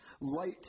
Light